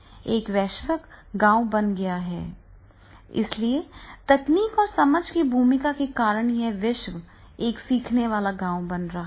एक वैश्विक गाँव बनाया गया है इसलिए तकनीक और समझ की भूमिका के कारण यह विश्व एक सीखने वाला गाँव बन रहा है